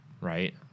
right